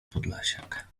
podlasiak